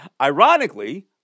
Ironically